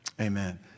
Amen